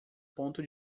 ponto